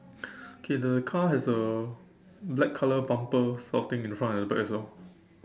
okay the car has a black colour bumper sort of thing in the front and the back as well